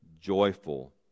joyful